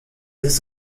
ist